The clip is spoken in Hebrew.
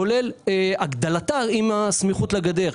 כולל הגדלתה עם סמיכות לגדר.